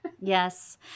Yes